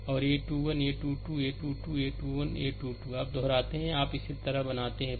और a 21 a 2 2 a 2 2 a 21 a 2 2 आप दोहराते हैं आप इसे इस तरह बनाते हैं